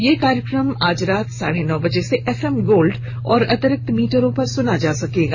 यह कार्यक्रम आज रात साढे नौ बजे से एफएम गोल्ड और अतिरिक्त मीटरों पर सुना जा सकता है